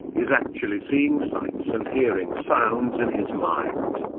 is actually seeing sights and hearing sounds in his mind.